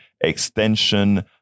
Extension